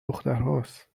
دخترهاست